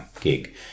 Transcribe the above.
gig